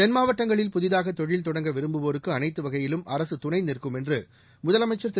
தென்மாவட்டங்களில் புதிதாக தொழில் தொடங்க விரும்புவோருக்கு அனைத்து வகையிலும் அரசு துணைநிற்கும் என்று முதலமைச்சர் திரு